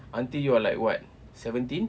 until you're like what seventeen